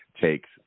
takes